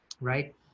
right